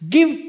Give